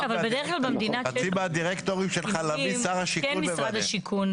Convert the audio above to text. חצי מהדירקטורים של חלמיש, שר השיכון ממנה.